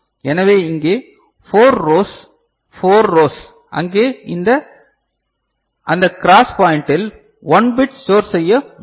எனவே இங்கே 4 rows 4 rows அங்கே அந்த கிராஸ் பாய்ண்டில் 1 பிட் ஸ்டோர் செய்ய முடியும்